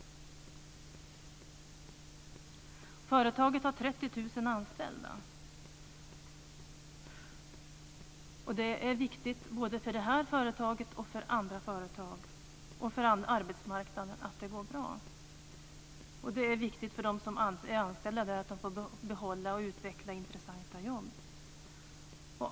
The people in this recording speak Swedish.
Företaget har 30 000 anställda. Det är viktigt för detta företag, andra företag och arbetsmarknaden att det går bra. Det är viktigt för dem som är anställda att de får behålla och utveckla intressanta jobb.